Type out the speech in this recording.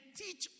teach